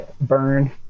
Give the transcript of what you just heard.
Burn